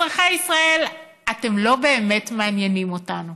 אזרחי ישראל, אתם לא באמת מעניינים אותנו.